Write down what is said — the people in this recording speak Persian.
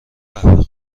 قهوه